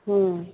हूँ